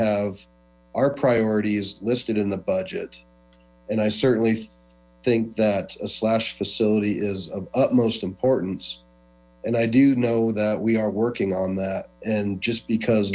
have our priorities listed in the budget and i certainly think that a slash facility is of utmost importance and i do know that we are working on that and just because